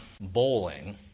bowling